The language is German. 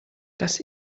das